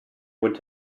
would